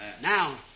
Now